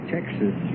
Texas